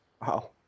Wow